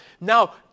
Now